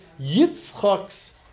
Yitzchak's